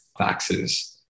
faxes